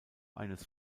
eines